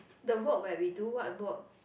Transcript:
the work where we do what work